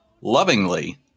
lovingly